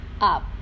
up